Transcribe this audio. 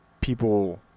people